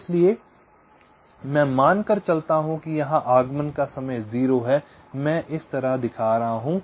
इसलिए मैं मान कर चलता हूँ कि यहां आगमन का समय 0 है मैं इस तरह दिखा रहा हूं